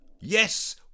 yes